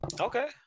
Okay